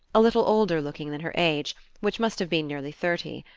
a little older-looking than her age, which must have been nearly thirty.